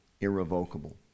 irrevocable